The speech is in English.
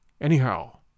Anyhow